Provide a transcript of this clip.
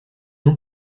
non